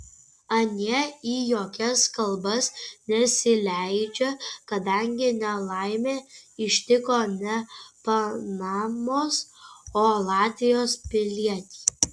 anie į jokias kalbas nesileidžia kadangi nelaimė ištiko ne panamos o latvijos pilietį